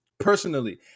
personally